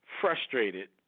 frustrated